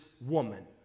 woman